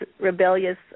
rebellious